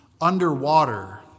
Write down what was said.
underwater